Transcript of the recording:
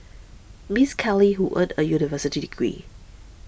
Miss Keller who earned a university degree